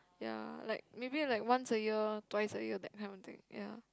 ya like maybe like once a year twice a year that kind of things ya